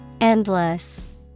Endless